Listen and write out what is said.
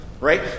Right